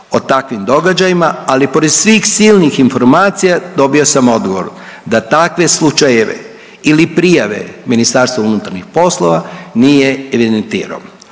o takvim događajima, ali pored svih silnih informacija, dobio sam odgovor da takve slučajeve ili prijave Ministarstvu unutarnjih poslova nije evidentir'o.